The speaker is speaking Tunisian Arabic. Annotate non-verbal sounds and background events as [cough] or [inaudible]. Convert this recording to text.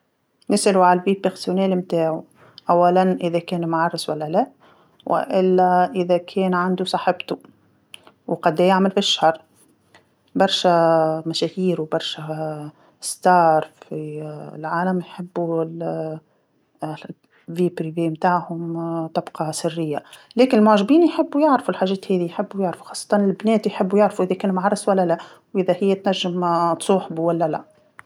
نسألو على الحياة الشخصية متاعو، أولا إذا كان معرس ولا لا، وإلا [hesitation] إذا كان عندو صحبتو، وقداه يعمل في الشهر، برشا [hesitation] مشاهير وبرشا [hesitation] نجوم في العالم يحبو [hesitation] الحياة الشخصية متاعهم تبقى سريه، لكن المعجبين يحبو يعرفو الحاجات هاذي، يحبو يعرفو، خاصة البنات يحبو يعرفو إذا كان معرس ولا لا، وإذا هي تنجم تصوحبو ولا لا.